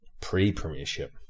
Pre-premiership